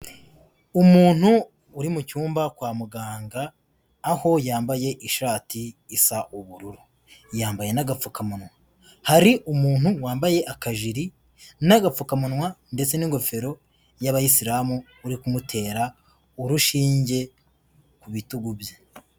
Umuntu uri mu cyumba kwa muganga aho yambaye ishati isa ubururu, yambaye n'agapfukamunwa. Hari umuntu wambaye akajiri n'agapfukamunwa ndetse n'ingofero y'abayisilamu uri kumutera urushinge ku bitugu bye.